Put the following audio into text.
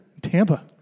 Tampa